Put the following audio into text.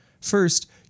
First